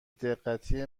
دقتی